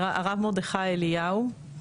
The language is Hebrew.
הרב מרדכי אליהו,